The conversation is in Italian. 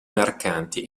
mercanti